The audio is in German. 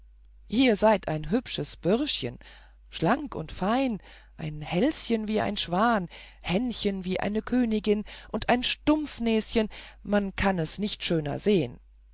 ihr seid ein hübsches bürschchen schlank und fein ein hälschen wie ein schwan händchen wie eine königin und ein stumpfnäschen man kann es nicht schöner sehen